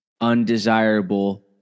undesirable